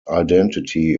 identity